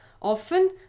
Often